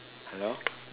hello